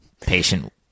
patient